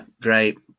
great